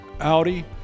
Audi